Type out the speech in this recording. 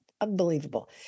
unbelievable